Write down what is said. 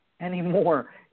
anymore